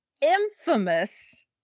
infamous